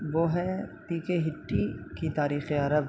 وہ ہے ٹی کے ہٹی کی تاریخ عرب